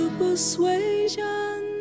persuasion